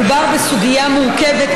מדובר בסוגיה מורכבת,